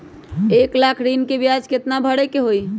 एक लाख ऋन के ब्याज केतना भरे के होई?